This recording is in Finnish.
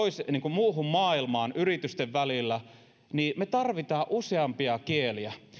muuhun maailmaan yritysten välillä niin me tarvitsemme useampia kieliä